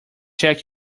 check